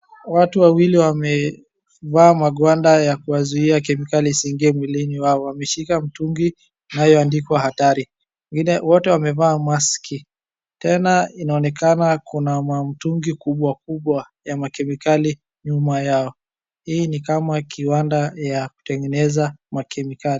Watu wawili wamevaa magwanda ya kuwazuia kemikali isiingie mwilini wao. Wameshika mtungi inayoandikwa hatari. Wote wamevaa maski. Tena inaonekana kuna mamtungi kubwa kubwa ya makemikali nyuma yao. Hii ni kama ni kiwanda ya kutengeneza makemikali.